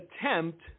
attempt